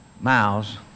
miles